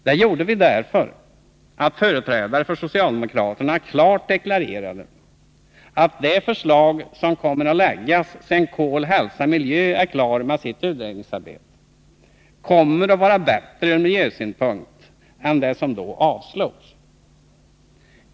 Det gjorde vi därför att företrädare för socialdemokraterna klart deklarerade att det förslag som kommer att läggas fram sedan Kol, hälsa, miljö är klar med sitt utredningsarbete kommer att vara bättre ur miljösynpunkt än det som då avslogs.